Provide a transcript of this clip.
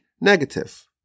negative